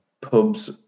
pubs